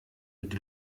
mit